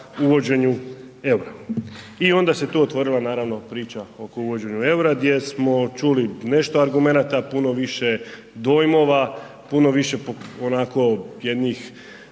uvođenju EUR-a i onda se tu otvorila naravno priča oko uvođenja EUR-a gdje smo čuli nešto argumenata, puno više dojmova, puno više onako jednih,